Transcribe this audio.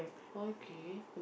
okay